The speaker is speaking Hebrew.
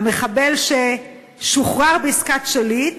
המחבל ששוחרר בעסקת שליט